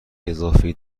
اضافی